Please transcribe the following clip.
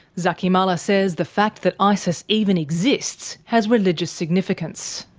zaky mallah says the fact that isis even exists has religious significance.